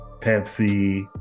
Pepsi